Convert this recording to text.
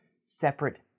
separate